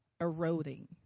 eroding